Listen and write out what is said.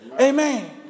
Amen